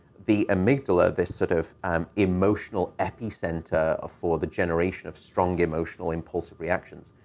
the amygdala, this sort of um emotional epicenter for the generation of strong, emotional, impulsive reactions,